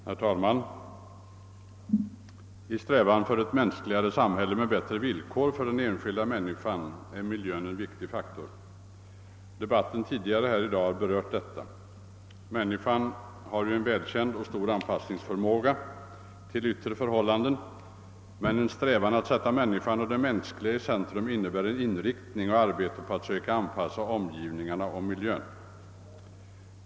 Herr talman! I strävan efter ett mänskligare samhälle med bättre villkor för den enskilda individen är miljön en viktig faktor. Debatten tidigare i dag har berört detta. Människan har ju en välkänd och stor anpassningsförmåga till yttre förhållanden, men en strävan att sätta människan och det mänskliga i centrum innebär en inriktning och arbete på att söka anpassa omgivningarna och miljön.